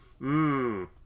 Mmm